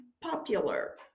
popular